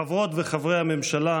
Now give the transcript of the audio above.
חברות וחברי הממשלה,